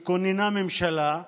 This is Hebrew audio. ממשלה